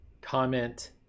comment